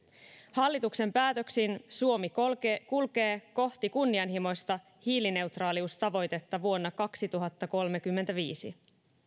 hallituksen päätöksin suomi kulkee kulkee kohti kunnianhimoista hiilineutraaliustavoitetta vuonna kaksituhattakolmekymmentäviisi